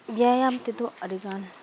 ᱵᱮᱭᱟᱢ ᱛᱮᱫᱚ ᱟᱹᱰᱤ ᱜᱟᱱ